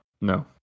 no